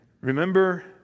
Remember